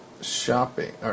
shopping